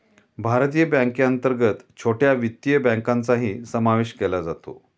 भारतीय बँकेअंतर्गत छोट्या वित्तीय बँकांचाही समावेश केला जातो